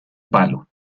palo